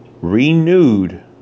renewed